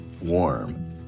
warm